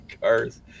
cars